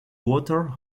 waters